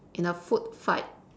in a food fight